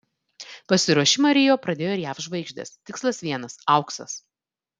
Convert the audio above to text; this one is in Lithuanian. pasiruošimą rio pradėjo ir jav žvaigždės tikslas vienas auksas